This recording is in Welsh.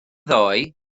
ddoe